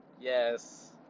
yes